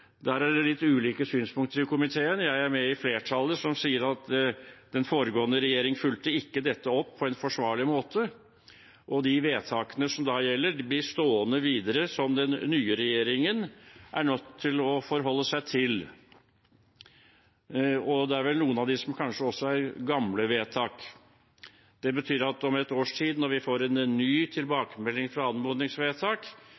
Der er det litt ulike synspunkter i komiteen. Jeg er med i flertallet, som sier at den foregående regjering ikke fulgte dette opp på en forsvarlig måte. De vedtakene som da gjelder, blir stående videre, og den nye regjeringen er nødt til å forholde seg til dem. Det er vel noen av dem som kanskje også er gamle vedtak. Det betyr at om et års tid, når vi får en ny